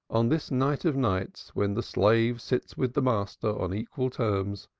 on this night of nights when the slave sits with the master on equal terms,